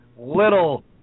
little